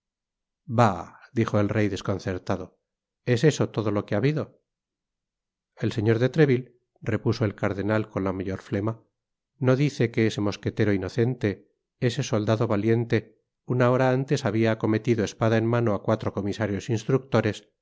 bah dijo el rey desconcertado es eso todo lo que ha habido el señor de treville repuso el cardenal con la mayor flema no dice que ese mosquetero inocente ese soldado valiente una hora antes habia acometido espada en mano á cuatro comisarios instructores